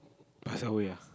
pass away lah